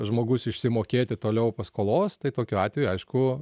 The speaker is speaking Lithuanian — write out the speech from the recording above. žmogus išsimokėti toliau paskolos tai tokiu atveju aišku